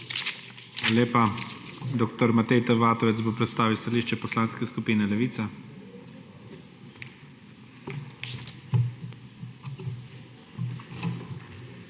lepa. Dr. Matej T. Vatovec bo predstavil stališče Poslanske skupine Levica.